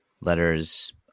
Letters